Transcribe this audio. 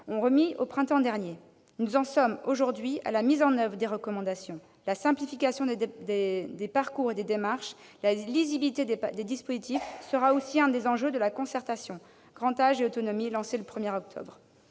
ont remis au printemps dernier. Nous en sommes aujourd'hui à la mise en oeuvre de ses recommandations. La simplification des parcours et des démarches, la lisibilité des dispositifs seront aussi parmi les enjeux de la concertation « grand âge et autonomie » lancée le 1 octobre